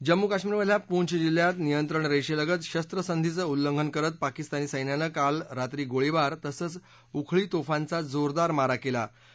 जम्मू काश्मिरमधल्या पूंछ जिल्ह्यात नियंत्रण रक्कित शस्त्रसंधीचं उल्लंघन करत पाकिस्तानी सैन्यानं काल रात्री गोळीबार तसंच उखळी तोफाचा जोरदार मारा क्ल्रा